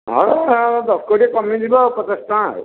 ହଁ ଆଉ ଦଶ କୋଡ଼ିଏ କମିଯିବ ପଚାଶ ଟଙ୍କା ଆଉ